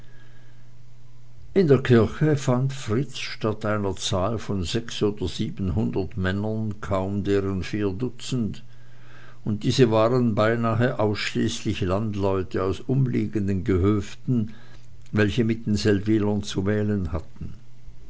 in der kirche fand fritz statt eitler zahl von sechs oder siebenhundert männern kaum deren vier dutzend und diese waren beinahe ausschließlich landleute aus umliegenden gehöften welche mit den seldwylern zu wählen hatten